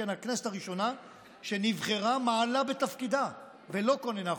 הכנסת הראשונה שנבחרה מעלה בתפקידה ולא כוננה חוקה.